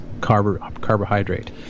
carbohydrate